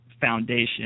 foundation